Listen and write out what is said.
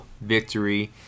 victory